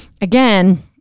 again